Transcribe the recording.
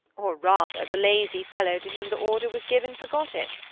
or, rather, the lazy fellow to whom the order was given forgot it.